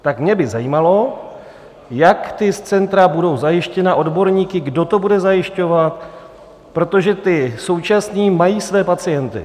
Tak mě by zajímalo, jak ta centra budou zajištěna odborníky, kdo to bude zajišťovat, protože ti současní mají své pacienty.